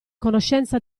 conoscenza